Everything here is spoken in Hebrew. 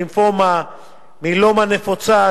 לימפומה ומיאלומה נפוצה,